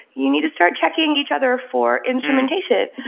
you need to start checking each other for instrumentation.